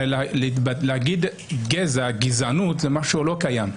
להגיד "גזע", "גזענות", זה לא קיים.